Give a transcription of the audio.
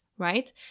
Right